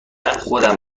خودم